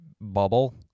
bubble